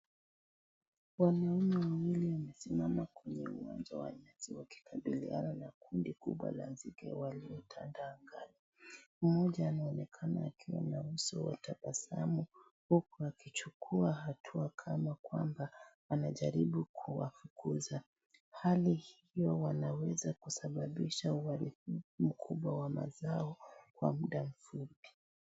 Wanaume wawili wamesimama kwenye uwanja wa nyasi wakikabiliana na kundi kubwa la nzige waliotanda angani, mmoja anaonekana na uso wa tabasamu, huku akichukua hatua kama kwamba, akijaribu kuwafukuza, hali hiyo wanaweza kusababisha uharibifu mkubwa wa mazao, kwa muda mfupi.